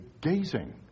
gazing